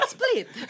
Split